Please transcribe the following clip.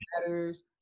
matters